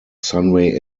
sunway